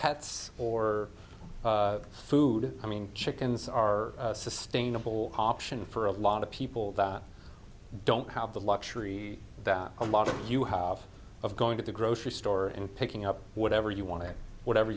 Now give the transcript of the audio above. pets or food i mean chickens are sustainable option for a lot of people that don't have the luxury that a lot of you have of going to the grocery store in picking up whatever you want to whatever